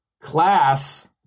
class